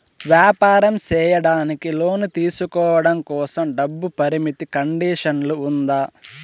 వ్యాపారం సేయడానికి లోను తీసుకోవడం కోసం, డబ్బు పరిమితి కండిషన్లు ఉందా?